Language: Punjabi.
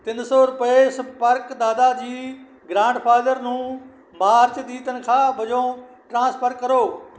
ਤਿੰਨ ਸੌ ਰੁਪਏ ਸੰਪਰਕ ਦਾਦਾ ਜੀ ਗ੍ਰਾਂਡਫਾਦਰ ਨੂੰ ਮਾਰਚ ਦੀ ਤਨਖਾਹ ਵਜੋਂ ਟ੍ਰਾਂਸਫਰ ਕਰੋ